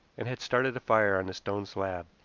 and had started a fire on the stone slab.